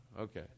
okay